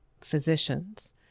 physicians